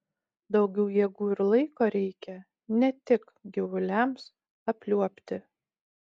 daugiau jėgų ir laiko reikia ne tik gyvuliams apliuobti